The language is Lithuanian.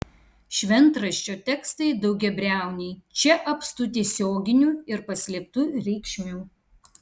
šventraščio tekstai daugiabriauniai čia apstu tiesioginių ir paslėptų reikšmių